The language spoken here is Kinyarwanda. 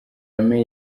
kagame